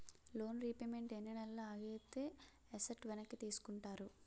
Loan repayment ఎన్ని నెలలు ఆగితే ఎసట్ వెనక్కి తీసుకుంటారు?